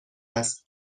است